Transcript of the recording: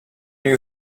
you